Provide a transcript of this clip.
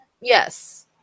Yes